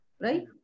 Right